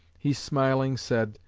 he smiling said,